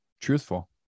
truthful